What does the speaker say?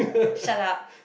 shut up